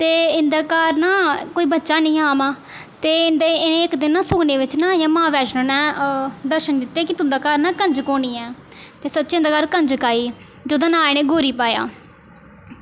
ते इं'दे घर ना कोई बच्चा हैनी ऐ हा मां ते इं'दा इ'नेंगी इक दिन न खुखने बिच्च ना मां वैष्णो ने दर्शन दित्ते कि तुंदे घर ना कंजक होनी ऐ ते सच्चें उं'दे घर कंजक आई जेह्दा नांऽ इ'नें गौरी पाया